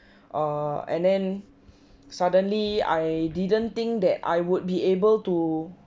err and then suddenly I didn't think that I would be able to